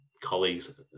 colleagues